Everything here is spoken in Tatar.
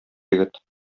егет